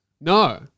No